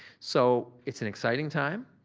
so, it's an exciting time,